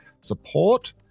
support